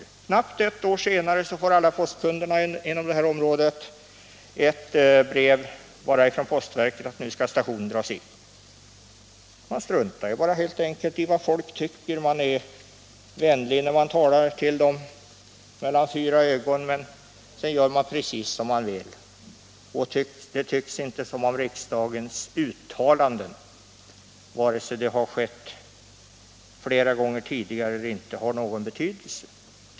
Men knappt ett år efteråt får alla postkunder inom det här området ett brev ifrån postverket om att nu skall stationen dras in. Man struntar bara helt enkelt i vad folk tycker. Man är vänlig när man talar till dem mellan fyra ögon, men sedan gör man precis som man vill. Och det tycks inte som om riksdagens uttalanden, vare sig de skett flera gånger tidigare eller inte, har någon betydelse.